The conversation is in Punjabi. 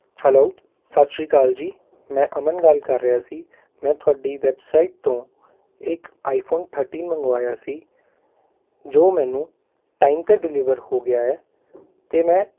ਹੈਲੋ ਸਤਿ ਸ਼੍ਰੀ ਅਕਾਲ ਜੀ ਮੈਂ ਅਮਨ ਗੱਲ ਕਰ ਰਿਹਾ ਸੀ ਮੈਂ ਤੁਹਾਡੀ ਵੈੱਬਸਾਈਟ ਤੋਂ ਇੱਕ ਆਈਫ਼ੋਨ ਥਰਟੀਨ ਮੰਗਵਾਇਆ ਸੀ ਜੋ ਮੈਨੂੰ ਟਾਈਮ 'ਤੇ ਡਿਲੀਵਰ ਹੋ ਗਿਆ ਹੈ ਅਤੇ ਮੈਂ